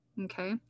Okay